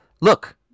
Look